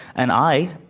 and i,